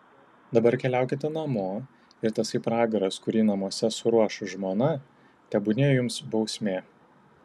dabar keliaukite namo ir tasai pragaras kurį namuose suruoš žmona tebūnie jums bausmė